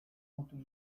otóż